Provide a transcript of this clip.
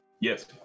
Yes